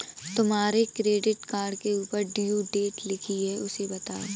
तुम्हारे credit card के ऊपर ड्यू डेट लिखी है उसे बताओ